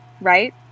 right